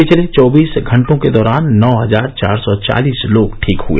पिछले चौबीस घंटों के दौरान नौ हजार चार सौ चालीस लोग ठीक हुए